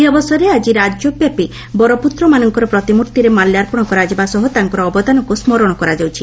ଏହି ଅବସରରେ ଆକି ରାଜ୍ୟ ବ୍ୟାପି ବରପୁତ୍ରମାନଙ୍କର ପ୍ରତିମୂର୍ଭିରେ ମାଲ୍ୟାର୍ପଶ କରାଯିବା ସହ ତାଙ୍କର ଅବଦାନକୁ ସ୍କରଣ କରାଯାଉଛି